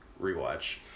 rewatch